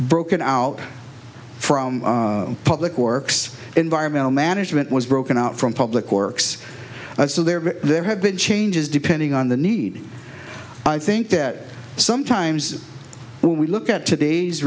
broken out from public works environmental management was broken out from public works and so there are there have been changes depending on the need i think at some times when we look at today's